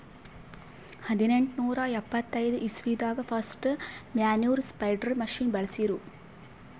ಹದ್ನೆಂಟನೂರಾ ಎಪ್ಪತೈದ್ ಇಸ್ವಿದಾಗ್ ಫಸ್ಟ್ ಮ್ಯಾನ್ಯೂರ್ ಸ್ಪ್ರೆಡರ್ ಮಷಿನ್ ಬಳ್ಸಿರು